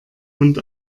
und